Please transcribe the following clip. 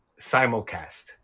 Simulcast